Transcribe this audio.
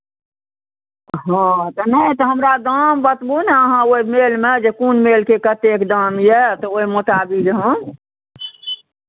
हँ तऽ नहि तऽ हमरा दाम बतबू ने अहाँ ओहि मेलमे जे कोन मेलके कतेक दाम यए तऽ ओहि मोताबिक हम